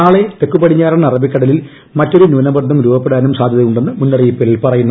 നാളെ തെക്ക് പടിഞ്ഞാറൻ അറബിക്കടലിൽ മറ്റൊരു് ന്യൂനമർദ്ദം രൂപപ്പെടാനും സാധ്യതയുണ്ടെന്ന് മുന്നറിയിപ്പിൽ പറയുന്നു